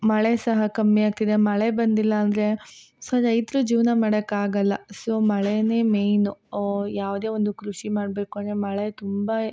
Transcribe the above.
ಮಳೆ ಸಹ ಕಮ್ಮಿ ಆಗ್ತಿದೆ ಮಳೆ ಬಂದಿಲ್ಲ ಅಂದರೆ ಸೊ ರೈತರು ಜೀವನ ಮಾಡಕ್ಕಾಗಲ್ಲ ಸೊ ಮಳೆಯೇ ಮೈನು ಓ ಯಾವುದೇ ಒಂದು ಕೃಷಿ ಮಾಡಬೇಕು ಅಂದರೆ ಮಳೆ ತುಂಬ